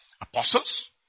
Apostles